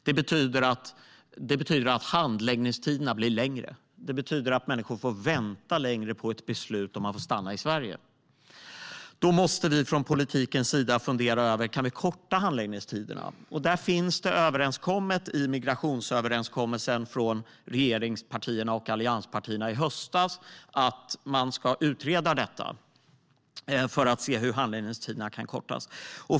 Det betyder att handläggningstiderna blir längre och att människor får vänta längre på ett beslut om de får stanna i Sverige. Då måste vi från politikens sida fundera över: Kan vi korta handläggningstiderna? Där finns det överenskommet i Migrationsöverenskommelsen från regeringspartierna och allianspartierna i höstas att man ska utreda detta för att se hur handläggningstiderna kan kortas.